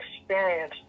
experience